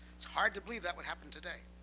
it's hard to believe that would happen today.